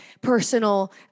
personal